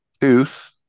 tooth